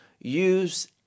use